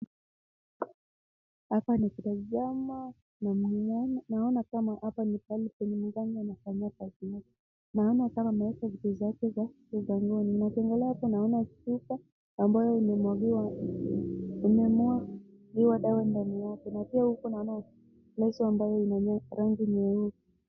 Hapana, nikitazama na naona kama hapa ni pahali penye mganga anafanyia kazi. Naona kama ameweka vitu zake za ugangani nikiangalia hapo, naona chupa ambayo imemwagiwa dawa ndani yake, na pia huku naona laso ambayo ina rangi nyeupe.